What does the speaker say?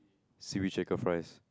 seaweed shaker fries